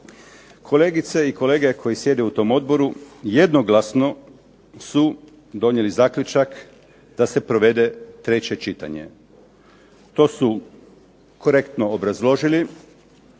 Kolegice i kolege koji sjede u tom odboru jednoglasno su donijeli zaključak da se provede treće čitanje. To su korektno obrazložili